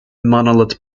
monolith